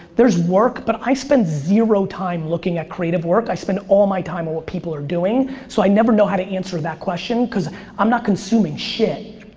there's work but i spend zero time looking at creative work i spend all my time on what people are doing so i never know how to answer that question because i'm not consuming shit.